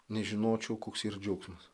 nežinočiau koks yra džiaugsmas